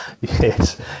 Yes